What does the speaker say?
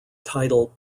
title